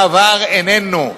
העבר איננו.